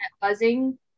buzzing